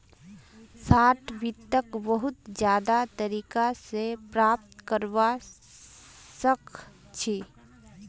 short वित्तक बहुत ज्यादा तरीका स प्राप्त करवा सख छी